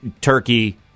turkey